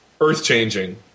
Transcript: earth-changing